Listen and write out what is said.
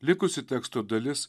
likusi teksto dalis